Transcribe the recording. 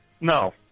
No